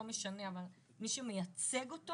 לא משנה אבל מי שמייצג אותו